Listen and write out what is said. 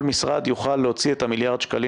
כל משרד יוכל להוציא את מיליארד השקלים